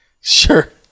Sure